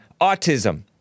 autism